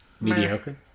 Mediocre